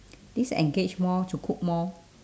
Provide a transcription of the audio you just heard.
this engage more to cook more